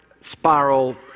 spiral